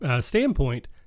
standpoint